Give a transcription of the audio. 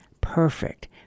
perfect